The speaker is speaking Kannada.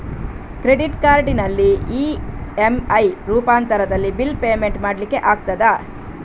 ಕ್ರೆಡಿಟ್ ಕಾರ್ಡಿನಲ್ಲಿ ಇ.ಎಂ.ಐ ರೂಪಾಂತರದಲ್ಲಿ ಬಿಲ್ ಪೇಮೆಂಟ್ ಮಾಡ್ಲಿಕ್ಕೆ ಆಗ್ತದ?